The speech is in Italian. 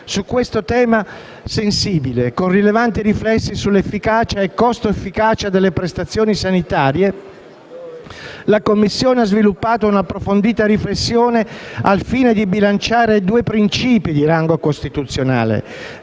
Su questo tema sensibile, avente rilevanti riflessi sulla efficacia e costo-efficacia delle prestazioni sanitarie, la Commissione ha sviluppato una approfondita riflessione al fine di bilanciare due principi di rango costituzionale: